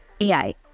AI